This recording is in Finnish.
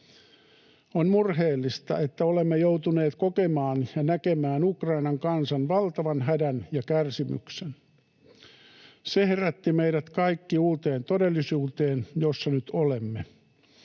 On murheellista, että olemme joutuneet kokemaan ja näkemään Ukrainan kansan valtavan hädän ja kärsimyksen. Se herätti meidät kaikki uuteen todellisuuteen, jossa nyt olemme.